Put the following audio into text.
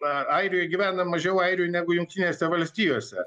airijoj gyvena mažiau airių negu jungtinėse valstijose